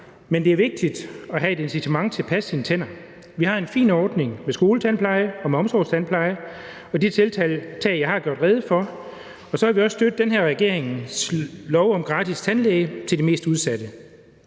men det er vigtigt at have et incitament til at passe på sine tænder. Vi har en fin ordning med skoletandpleje og med omsorgstandpleje og med de tiltag, jeg har gjort rede for, og så har vi også støttet den her regerings lov om gratis tandlæge til de mest udsatte.